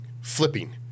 flipping